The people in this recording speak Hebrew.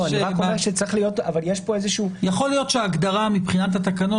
אני רק אומר שיש פה איזה שהוא --- יכול להיות שההגדרה מבחינת התקנות